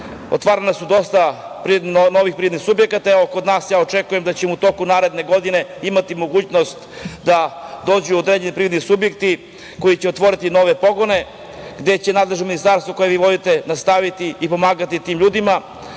otvoreno je dosta novih privrednih subjekata. Kod nas očekujem da ćemo u toku naredne godine imati mogućnost da dođu određeni privredni subjekti koji će otvoriti nove pogone, gde će nadležno ministarstvo koje vi vodite, nastaviti i pomagati tim ljudima,